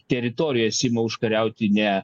teritorijas ima užkariauti ne